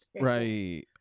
Right